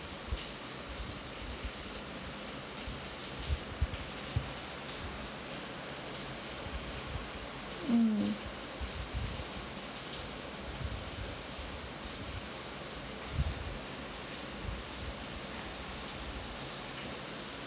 mm